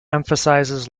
emphasizes